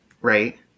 Right